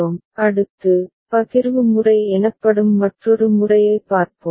P அடுத்து பகிர்வு முறை எனப்படும் மற்றொரு முறையைப் பார்ப்போம்